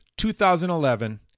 2011